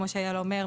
כמו שאייל אומר,